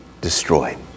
destroyed